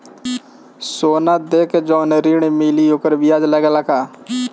सोना देके जवन ऋण मिली वोकर ब्याज लगेला का?